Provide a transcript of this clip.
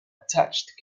attached